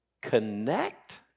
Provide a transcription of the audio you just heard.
connect